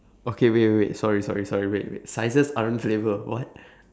okay wait wait wait sorry sorry sorry wait wait sizes aren't flavour what